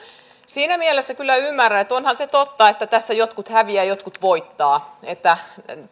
siinä mielessä kyllä ymmärrän tätä että onhan se totta että tässä jotkut häviävät ja jotkut voittavat